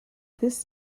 this